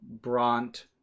Bront